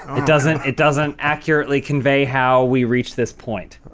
it doesn't it doesn't accurately convey. how we reach this point